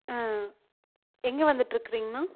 எங்கே வந்துகிட்ருக்குறிங்கண்ணா